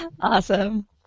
awesome